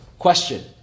Question